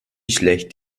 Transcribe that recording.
schlecht